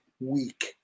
week